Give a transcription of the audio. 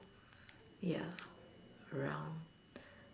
yeah around